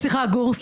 גור.